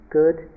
good